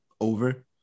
over